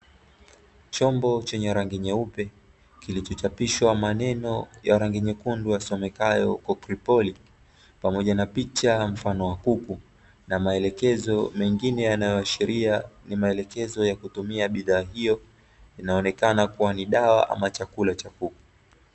Chombo chenye rangi nyeupe, kilichochapishwa maneno ya rangi nyekundu, yasomekayo"KOKRIPOLI", pamoja na picha mfano wa kuku na maelekezo mengine yanayoashiria ni maelekezo ya kutumia bidhaa hiyo, inayoonekana kuwa ni dawa ama chakula cha kuku.